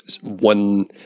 one